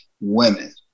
women